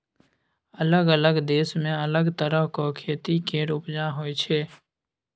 अलग अलग देश मे अलग तरहक खेती केर उपजा होइ छै